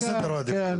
כן.